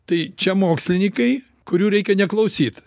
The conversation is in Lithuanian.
tai čia mokslininkai kurių reikia neklausyt